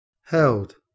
held